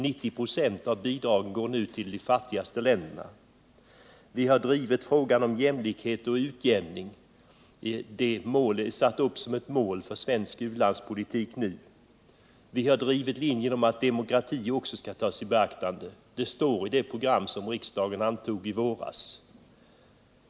90 96 av biståndet går nu till de fattigaste länderna. Vi har drivit frågan om jämlikhet och utjämning. Det är nu uppsatt som ett av målen för svensk u-landspolitik. Vi har drivit linjen om att demokrati också är något som skall tas i beaktande. Det står nu i det program som riksdagen antog i våras.